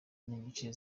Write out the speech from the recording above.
n’igice